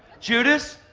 judas,